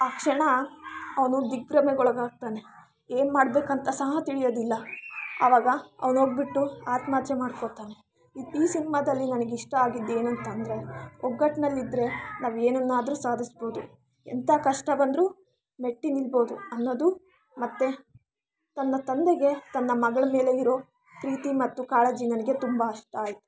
ಆ ಕ್ಷಣ ಅವನು ದಿಗ್ಭ್ರಮೆಗೊಳಗಾಗ್ತಾನೆ ಏನು ಮಾಡ್ಬೇಕಂತ ಸಹ ತಿಳಿಯೋದಿಲ್ಲ ಅವಾಗ ಅವನು ಹೋಗ್ಬಿಟ್ಟು ಆತ್ಮಹತ್ಯೆ ಮಾಡ್ಕೋತಾನೆ ಈ ಸಿನಿಮಾದಲ್ಲಿ ನನಗೆ ಇಷ್ಟ ಆಗಿದ್ದು ಏನೂಂತ ಅಂದ್ರೆ ಒಗ್ಗಟ್ನಲ್ಲಿದ್ರೆ ನಾವು ಏನನ್ನಾದ್ರೂ ಸಾಧಿಸ್ಬೋದು ಎಂಥ ಕಷ್ಟ ಬಂದರೂ ಮೆಟ್ಟಿ ನಿಲ್ಬೋದು ಅನ್ನೋದು ಮತ್ತೆ ತನ್ನ ತಂದೆಗೆ ತನ್ನ ಮಗಳ ಮೇಲೆ ಇರೋ ಪ್ರೀತಿ ಮತ್ತು ಕಾಳಜಿ ನನಗೆ ತುಂಬ ಇಷ್ಟ ಆಯ್ತು